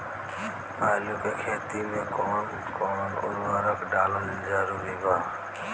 आलू के खेती मे कौन कौन उर्वरक डालल जरूरी बा?